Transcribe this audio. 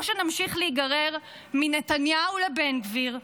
או שנמשיך להיגרר מנתניהו לבן גביר,